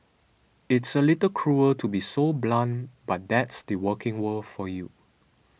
it's a little cruel to be so blunt but that's the working world for you